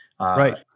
Right